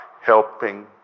helping